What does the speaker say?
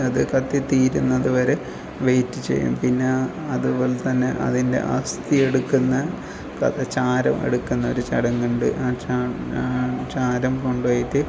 അത് കത്തി തീരുന്നത് വരെ വെയിറ്റ് ചെയ്യും പിന്നെ അതുപോലെതന്നെ അതിൻ്റെ അസ്ഥിയെടുക്കുന്ന ക ചാരം എടുക്കുന്ന ഒരു ചടങ്ങുണ്ട് ആ ചാ ആ ചാരം കൊണ്ട് പോയിട്ട്